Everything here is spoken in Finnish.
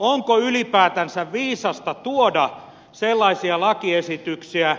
onko ylipäätänsä viisasta tuoda sellaisia lakiesityksiä